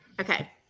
Okay